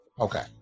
Okay